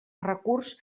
recurs